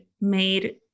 made